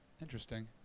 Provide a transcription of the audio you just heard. Interesting